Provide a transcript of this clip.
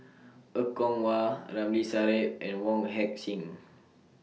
Er Kwong Wah Ramli Sarip and Wong Heck Sing